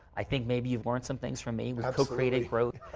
i think maybe you've learned some things from me. we co-created wrote.